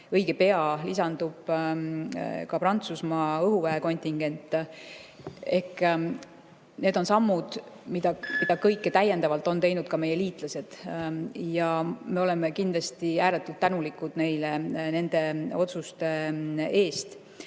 Õige pea lisandub Prantsusmaa õhuväekontingent. Ehk need on sammud, mida kõike on täiendavalt teinud ka meie liitlased. Me oleme kindlasti ääretult tänulikud nende otsuste eest,